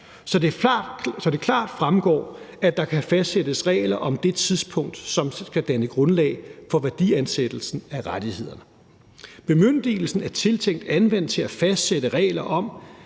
så det klart fremgår, at der kan fastsættes regler om det tidspunkt, som skal danne grundlag for værdiansættelsen af rettighederne. Bemyndigelsen er tiltænkt anvendt til at fastsætte regler om,